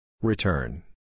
Return